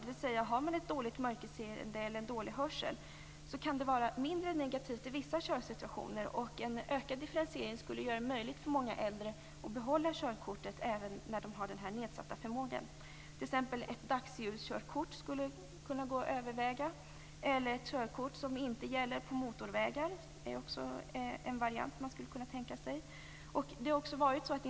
För den som har dåligt mörkerseende eller dålig hörsel kan det vara mindre negativt i vissa körsituationer, och en ökad differentiering skulle göra det möjligt för många äldre att behålla körkortet även när de har nedsatt förmåga. Ett dagsljuskort skulle t.ex. kunna övervägas, och ett körkort som inte gäller på motorvägar är en annan variant.